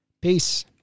Peace